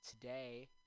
today